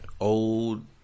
Old